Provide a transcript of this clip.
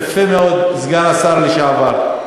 יפה מאוד, סגן השר לשעבר.